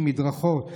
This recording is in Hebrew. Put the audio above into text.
מדרכות,